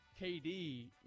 KD